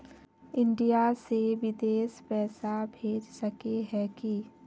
India से बिदेश पैसा भेज सके है की?